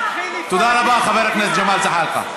תודה רבה, חבר הכנסת ג'מאל זחאלקה.